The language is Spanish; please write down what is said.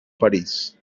parís